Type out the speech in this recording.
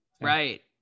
Right